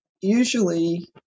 usually